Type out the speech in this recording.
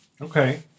okay